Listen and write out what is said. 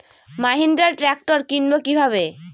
Mahindra tractor কিনবো কি ভাবে?